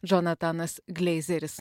džonatanas gleizeris